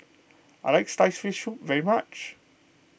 I like Sliced Fish Soup very much